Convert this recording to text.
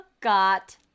got